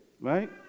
right